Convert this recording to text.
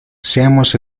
seamos